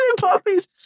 puppies